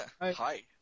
Hi